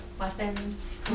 Weapons